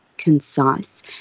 concise